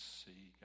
see